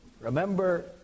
remember